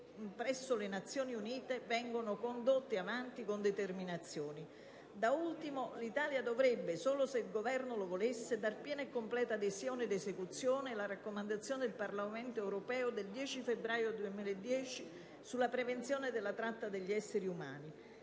presso le Nazioni Unite vengono portate avanti con determinazione. *(Applausi dal Gruppo del PdL)*. Da ultimo, 1'Italia dovrebbe, solo se il Governo lo volesse, dare piena e completa adesione ed esecuzione alla raccomandazione del Parlamento europeo del 10 febbraio 2010 sulla prevenzione della tratta di esseri umani.